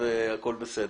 זה לא קורה.